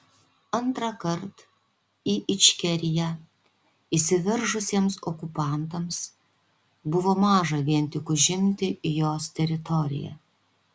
antrąkart į ičkeriją įsiveržusiems okupantams buvo maža vien tik užimti jos teritoriją